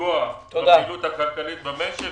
לפגוע בפעילות הכלכלית במשק.